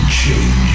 change